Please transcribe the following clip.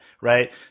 Right